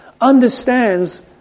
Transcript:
understands